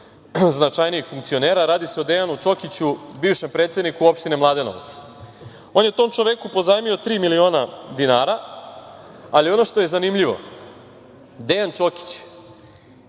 značajnijih funkcionera, radi se o Dejanu Čokiću, bivšem predsedniku opštine Mladenovac. On je tom čoveku pozajmio tri miliona dinara. Ali, ono što je zanimljivo, Dejan Čokić je